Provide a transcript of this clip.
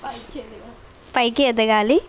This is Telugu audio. పైకి ఎదగాలి